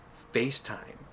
FaceTime